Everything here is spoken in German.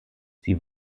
sie